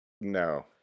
No